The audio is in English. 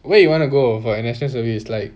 where you want to go for national service is like